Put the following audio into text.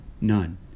None